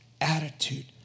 attitude